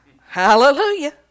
Hallelujah